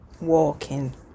Walking